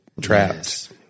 trapped